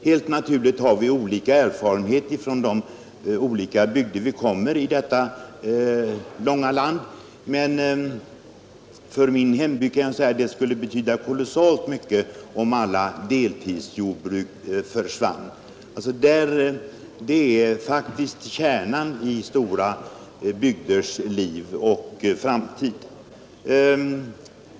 Helt naturligt har vi olika erfarenheter från de skilda bygder vi kommer ifrån i detta långa land, men för min hembygd kan jag säga att det skulle inverka kolossalt mycket för bygden om alla deltidsjordbruk försvann. De utgör faktiskt kärnan i stora bygders liv och framtid.